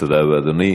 תודה רבה, אדוני.